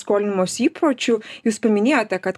skolinimosi įpročių jūs paminėjote kad